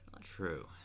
True